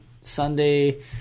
Sunday